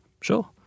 sure